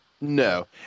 No